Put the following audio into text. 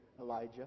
Elijah